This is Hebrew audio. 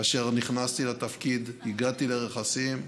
כאשר נכנסתי לתפקיד הגעתי לרכסים.